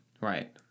Right